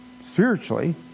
spiritually